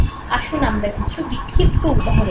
আসুন আমরা কিছু বিক্ষিপ্ত উদাহরণ দেখি